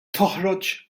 toħroġ